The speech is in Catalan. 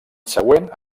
següent